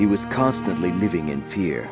he was constantly living in fear